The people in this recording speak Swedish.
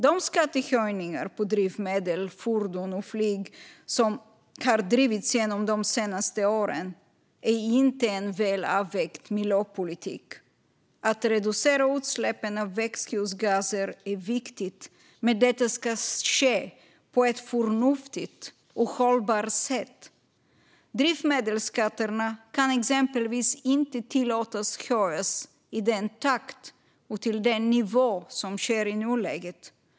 De skattehöjningar på drivmedel, fordon och flyg som har drivits igenom de senaste åren är inte en väl avvägd miljöpolitik. Att reducera utsläppen av växthusgaser är viktigt, men detta ska ske på ett förnuftigt och hållbart sätt. Drivmedelsskatterna kan exempelvis inte tillåtas höjas i den takt och till den nivå som sker i nuläget.